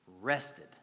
rested